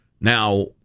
now